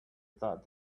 thought